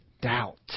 Doubt